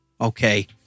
Okay